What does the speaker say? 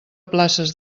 places